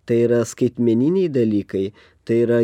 tai yra skaitmeniniai dalykai tai yra